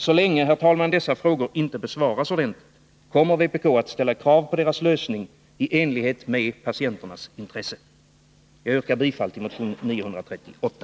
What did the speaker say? Fru talman! Så länge dessa frågor inte besvaras ordentligt kommer vpk att ställa krav på deras lösning i enlighet med patienternas intresse. Jag yrkar bifall till motion 938.